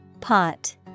Pot